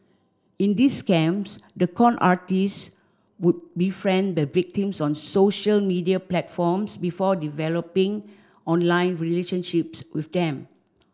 in these scams the con artists would befriend the victims on social media platforms before developing online relationships with them